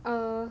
err